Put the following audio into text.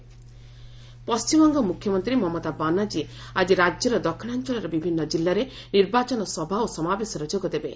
West Bengal poll Paschimbanga ମୁଖ୍ୟମନ୍ତ୍ରୀ ମମତା ବାନାର୍ଜୀ ଆଜି ରାଜ୍ୟର ଦକ୍ଷିଣାଞଳର ବିଭିନ୍ନ କିଲ୍ଲାରେ ନିର୍ବାଚନ ସଭା ଓ ସମାବେଶରେ ଯୋଗ ଦେବେ